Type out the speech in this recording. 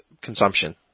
consumption